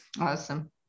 Awesome